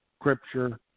scripture